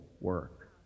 work